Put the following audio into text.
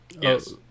Yes